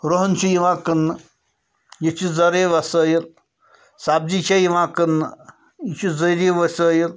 رۄہَن چھُ یِوان کٕنٛنہٕ یہِ چھُ ذریعہ وسٲیِل سبزی چھےٚ یِوان کٕنٛنہٕ یہِ چھُ ذریعہِ وسٲیِل